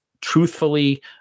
truthfully